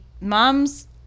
moms